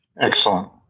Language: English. excellent